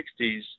1960s